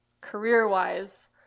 career-wise